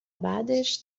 بعدش